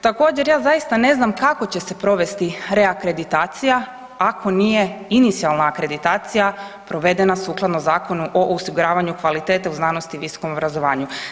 Također, ja zaista ne znam kako će se provesti reakreditacija ako nije inicijalna akreditacija provedena sukladno Zakonu o osiguravanju kvalitete u znanosti i visokom obrazovanju.